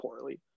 poorly